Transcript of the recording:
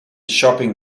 shopping